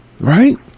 right